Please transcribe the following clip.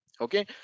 okay